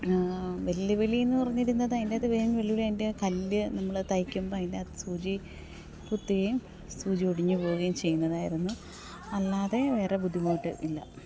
വെല്ലുവിളി എന്ന് പറഞ്ഞിരുന്നത് അതിൻ്റെ അറ്റത്ത് മെയിന് വെല്ലുവിളി അതിന്റെ കല്ല് നമ്മൾ തയ്ക്കുമ്പം അതിൻ്റകത്ത് സൂചി കുത്തുകയും സൂചി ഒടിഞ്ഞു പോവുകയും ചെയ്യുന്നതായിരുന്നു അല്ലാതെ വേറെ ബുദ്ധിമുട്ട് ഇല്ല